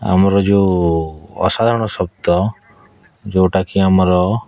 ଆମର ଯେଉଁ ଅସାଧାରଣ ଶକ୍ତ ଯେଉଁଟାକି ଆମର